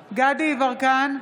דסטה גדי יברקן,